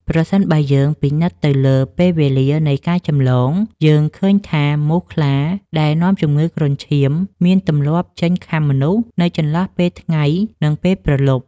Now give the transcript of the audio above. ប្រសិនបើយើងពិនិត្យទៅលើពេលវេលានៃការចម្លង យើងឃើញថាមូសខ្លាដែលនាំជំងឺគ្រុនឈាមមានទម្លាប់ចេញខាំមនុស្សនៅចន្លោះពេលថ្ងៃ និងពេលព្រលប់។